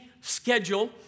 schedule